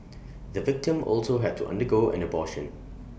the victim also had to undergo an abortion